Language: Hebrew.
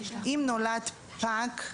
אם נולד פג,